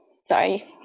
sorry